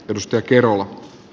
jos tökerua